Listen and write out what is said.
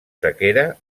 sequera